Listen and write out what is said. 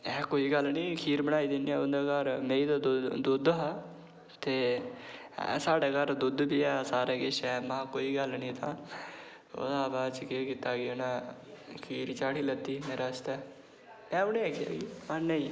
ऐहें कोई गल्ल निं खीर बनाई दिन्ने आं ते मेहीं दा दुद्ध हा ते साढ़े घर दुद्ध बी ते सारा किश ऐ ते आक्खेआ कोई गल्ल निं तां ते ओह्दे बाद च केह् कीता की उनें खीर चाढ़ी लैती मेरे आस्तै पैह्लें दी चाढ़ी दी ही पैह्लें दी